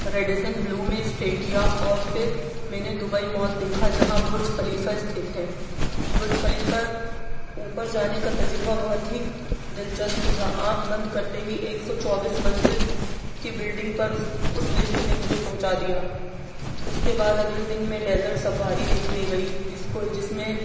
Radisson Blu میں stay کیا اور پھر میں نے دبئی مول دیکھا جہاں برج خلیفہ استھت ہے برج خلیفہ اوپر جانے کا تجربہ بہت ہی دلچسپ تھا آنکھ بند کرتے ہی ایک سو چوبیس منزل کی بلڈنگ پر اس لفٹ نے مجھے پہنچا دیا اس کے بعد اگلے دن میں ڈیزرٹ سفاری دیکھنے گئی جس کو جس میں